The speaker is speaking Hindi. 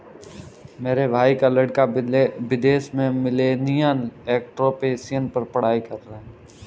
मेरे भाई का लड़का विदेश में मिलेनियल एंटरप्रेन्योरशिप पर पढ़ाई कर रहा है